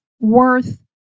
worth